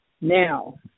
Now